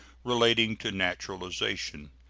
relating to naturalization.